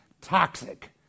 toxic